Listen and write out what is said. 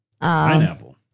Pineapple